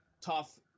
tough